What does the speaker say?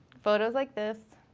photos like this,